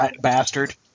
Bastard